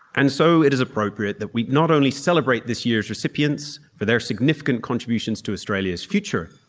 and so it is appropriate that we not only celebrate this year's recipients for their significant contributions to australia's future,